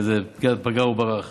פגיעת פגע וברח.